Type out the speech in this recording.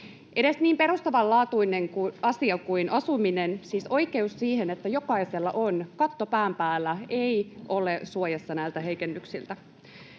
Edes niin perustavanlaatuinen asia kuin asuminen, siis oikeus siihen, että jokaisella on katto pään päällä, ei ole suojassa näiltä heikennyksiltä.